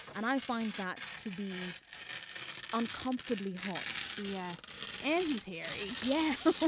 and i find that to be uncomfortably hot yes. and he's hairy. yeah.